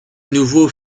nouveau